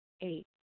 Eight